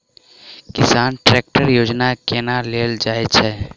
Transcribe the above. किसान ट्रैकटर योजना केना लेल जाय छै?